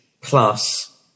plus